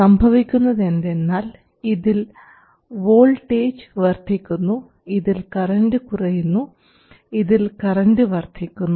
സംഭവിക്കുന്നത് എന്തെന്നാൽ ഇതിൽ വോൾട്ടേജ് വർദ്ധിക്കുന്നു ഇതിൽ കറൻറ് കുറയുന്നു ഇതിൽ കറൻറ് വർദ്ധിക്കുന്നു